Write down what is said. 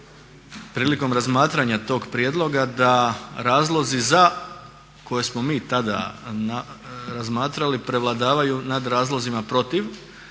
prilikom razmatranja tog prijedloga da razlozi za koje smo mi tada razmatrali prevladavaju nad razlozima protiv